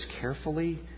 carefully